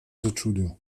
začudil